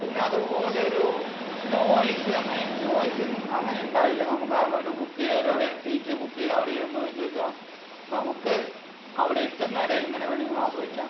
പിന്നതുപോലെ ഒരു നോയ്സ് അങ്ങനെ നോയ്സ് ഇങ് അങ്ങനെ ഉണ്ടാകില്ല നമുക്ക് കാരണം ഒരു ബുക്ക് ചെയ്ത ഒരാൾ സീറ്റ് ബുക്ക് ചെയ്ത അറിയുമോയെന്ന് ചോദിച്ചാൽ നമുക്ക് അവിടെ എത്തുന്ന വരെ എങ്ങനെ വേണേലും ആസ്വദിക്കാം